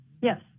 Yes